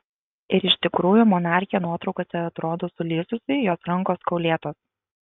ir iš tikrųjų monarchė nuotraukose atrodo sulysusi jos rankos kaulėtos